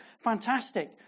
Fantastic